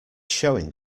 showing